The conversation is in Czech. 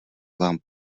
vám